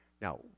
Now